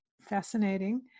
fascinating